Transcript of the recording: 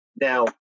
Now